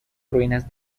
ruinas